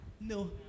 No